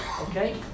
Okay